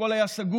הכול היה סגור,